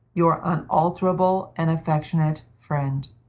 your unalterable and affectionate friend,